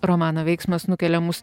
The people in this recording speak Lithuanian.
romano veiksmas nukelia mus